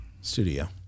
Studio